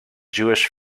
jewish